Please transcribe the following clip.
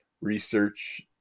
research